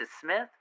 Smith